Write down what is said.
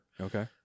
Okay